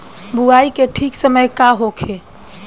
बुआई के ठीक समय का होखे?